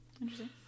Interesting